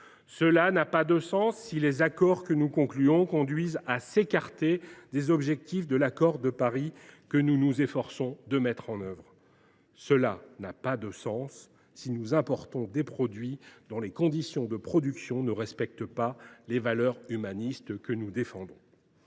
Cela n’a pas de sens si les accords que nous concluons conduisent à s’écarter des objectifs de l’accord de Paris que nous nous efforçons de mettre en œuvre. Cela n’a pas de sens si nous importons des produits dont les conditions de production ne respectent pas les valeurs humanistes que nous défendons.